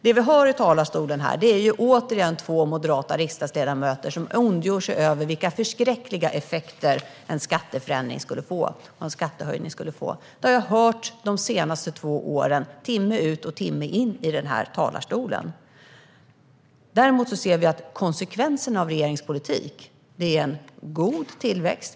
Det vi hör i talarstolen är återigen två moderata riksdagsledamöter som ondgör sig över vilka förskräckliga effekter en skatteförändring skulle få. Det har jag hört de senaste två åren, timme ut och timme in, i denna talarstol. Vi ser konsekvenserna av regeringens politik: en god tillväxt.